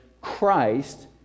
Christ